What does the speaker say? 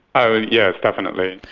ah ah yes, definitely.